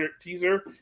teaser